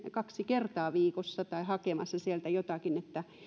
kaksi kertaa viikossa hakemassa sieltä jotakin